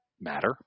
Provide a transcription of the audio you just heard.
matter